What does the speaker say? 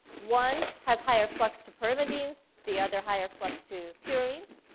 one has higher flux to pyrimidines, the other higher flux to purines.